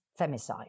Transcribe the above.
femicide